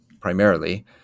primarily